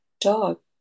dog